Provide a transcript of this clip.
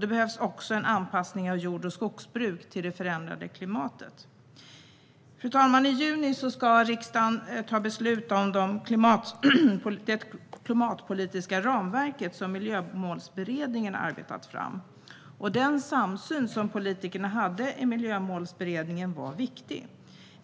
Det behövs också en anpassning av jord och skogsbruk till det förändrade klimatet. Fru talman! I juni ska riksdagen ta beslut om det klimatpolitiska ramverket som Miljömålsberedningen har arbetat fram. Den samsyn som politikerna i Miljömålsberedningen hade var viktig.